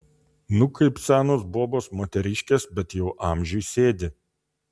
nu kaip senos bobos moteriškės bet jau amžiui sėdi